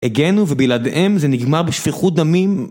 הגנו ובלעדיהם זה נגמר בשפיכות דמים